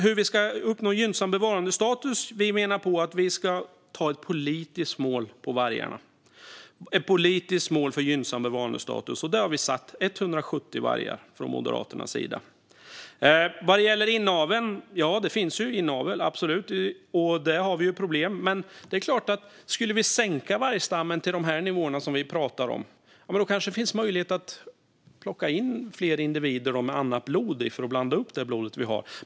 När det gäller gynnsam bevarandestatus menar vi att vi måste anta ett politiskt mål. Där har vi för Moderaternas del satt 170 vargar. Sedan finns det inavel, absolut, och där har vi problem. Men skulle vi minska vargstammen till de nivåer som vi nu talar om kanske det finns möjlighet att plocka in fler individer för att blanda upp det blod vi har.